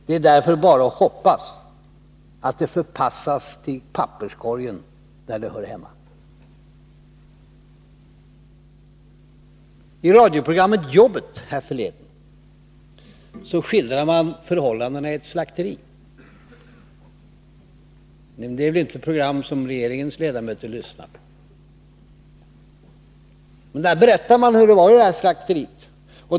Det är därför bara att hoppas att det förpassas till papperskorgen där det hör hemma.” I radioprogrammet Jobbet härförleden — men det är väl inte ett program som regeringens ledamöter lyssnar på — skildrades förhållandena i ett slakteri.